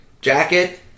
jacket